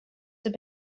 have